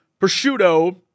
prosciutto